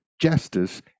justice